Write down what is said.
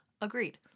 Agreed